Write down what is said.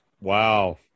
wow